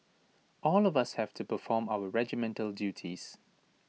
all of us have to perform our regimental duties